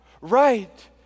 right